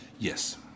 Yes